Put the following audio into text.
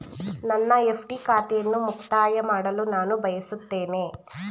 ನನ್ನ ಎಫ್.ಡಿ ಖಾತೆಯನ್ನು ಮುಕ್ತಾಯ ಮಾಡಲು ನಾನು ಬಯಸುತ್ತೇನೆ